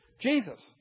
Jesus